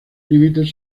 límites